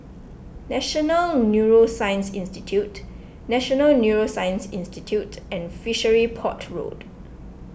National Neuroscience Institute National Neuroscience Institute and Fishery Port Road